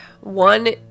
one